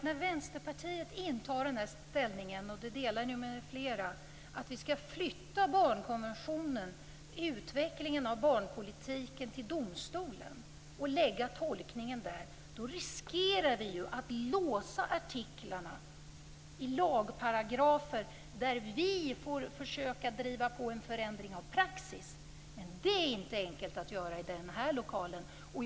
När Vänsterpartiet har inställningen, som det delar med flera, att vi skall flytta barnkonventionen och utvecklingen av barnpolitiken till domstolen och lägga tolkningen där riskerar vi att låsa artiklarna i lagparagrafer där vi får försöka att driva på en förändring av praxis. Men det är inte enkelt att göra i denna kammare.